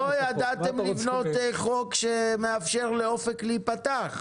לא ידעתם לבנות חוק שמאפשר לאופק להיפתח.